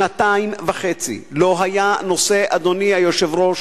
שנתיים וחצי לא היה נושא, אדוני היושב-ראש,